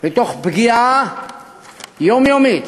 ותוך פגיעה יומיומית